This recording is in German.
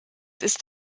ist